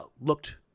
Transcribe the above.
looked